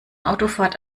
autofahrt